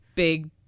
big